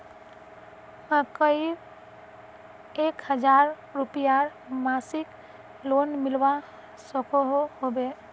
मकईर एक हजार रूपयार मासिक लोन मिलवा सकोहो होबे?